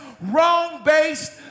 wrong-based